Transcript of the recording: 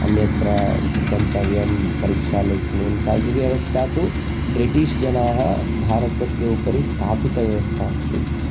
अन्यत्र गन्तव्यं परीक्षा लेखनीयं तद्व्यवस्था तु ब्रिटिश् जनाः भारतस्य उपरि स्थापितव्यवस्था अस्ति